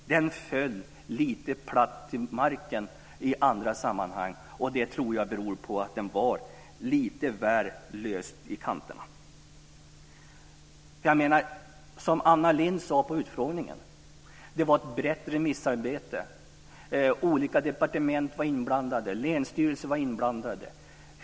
Den föll lite platt till marken i andra sammanhang och det tror jag beror på att den var lite väl lös i kanterna. Som Anna Lindh sade på utfrågningen var det ett brett remissarbete. Olika departement var inblandade, länsstyrelser var inblandade.